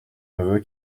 neveu